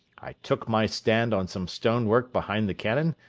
i took my stand on some stone-work behind the cannon,